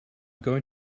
going